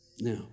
Now